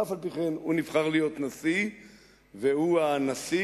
ואף-על-פי-כן הוא נבחר להיות הנשיא והוא הנשיא,